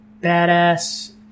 badass